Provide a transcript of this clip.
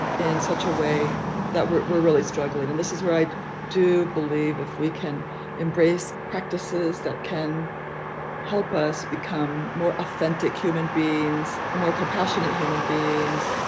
in such a way that we're really struggling. and this is where i do believe if we can embrace practices that can help us become more authentic human beings, more compassionate human beings,